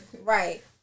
right